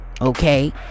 okay